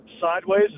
sideways